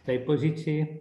tai pozicijai